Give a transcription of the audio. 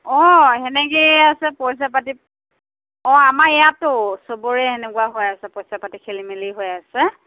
অঁ সেনেকেই আছে পইছা পাতি অঁ আমাৰ ইয়াতো চবৰে এনেকুৱা হৈ আছে পইছা পাতি খেলিমেলি হৈ আছে